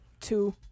two